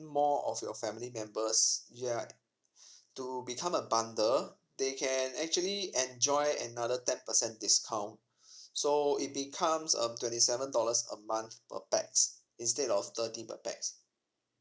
more of your family members you're to become a bundle they can actually enjoy another ten percent discount so it becomes um twenty seven dollars a month per pax instead of thirty per pax